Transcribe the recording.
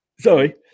Sorry